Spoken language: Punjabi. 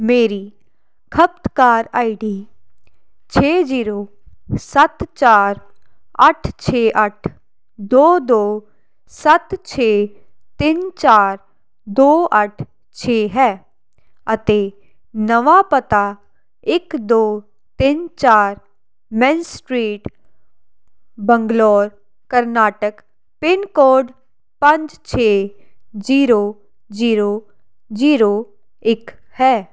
ਮੇਰੀ ਖਪਤਕਾਰ ਆਈ ਡੀ ਛੇ ਜ਼ੀਰੋ ਸੱਤ ਚਾਰ ਅੱਠ ਛੇ ਅੱਠ ਦੋ ਦੋ ਸੱਤ ਛੇ ਤਿੰਨ ਚਾਰ ਦੋ ਅੱਠ ਛੇ ਹੈ ਅਤੇ ਨਵਾਂ ਪਤਾ ਇੱਕ ਦੋ ਤਿੰਨ ਚਾਰ main street Bangalore Karnataka pin code ਪੰਜ ਛੇ ਜ਼ੀਰੋ ਜ਼ੀਰੋ ਜ਼ੀਰੋ ਇੱਕ ਹੈ